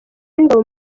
w’ingabo